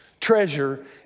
treasure